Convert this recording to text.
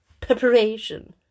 Preparation